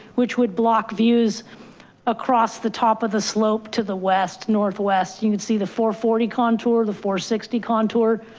which would block views across the top of the slope to the west northwest. you can see the four forty contour, the four sixty contour